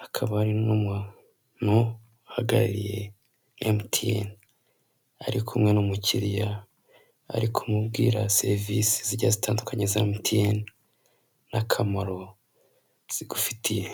hakaba hari n'umuntu uhagarariye emutiyene ari kumwe n'umukiriya ari ku mubwira serivisi zigiye zitandukanye za emutiyene n'akamaro zigufitiye .